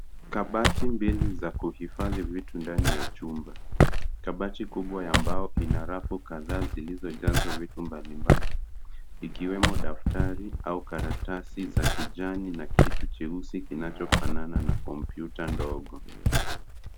Kabati mbili za kuhifadhi vitu ndani ya chumba. Kabati kubwa ya mbao ina rafu kadhaa zilizojazwa vitu mbalimbali ikiwemo daftari au karatasi za kijani na kitu cheusi kinachofanana na kompyuta ndogo.